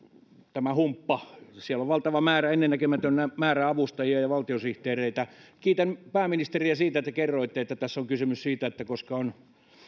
tämä ministerien avustajahumppa siellä on valtava määrä ennennäkemätön määrä avustajia ja valtiosihteereitä kiitän pääministeriä siitä että kerroitte että tässä on kysymys siitä että on